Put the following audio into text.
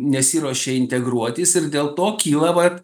nesiruošia integruotis ir dėl to kyla vat